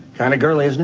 kind of girly, isn't